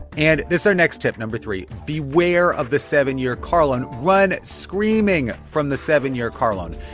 and it's our next tip number three. beware of the seven-year car loan. run screaming from the seven-year car loan.